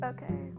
Okay